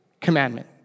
commandment